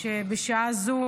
שבשעה זו